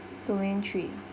domain three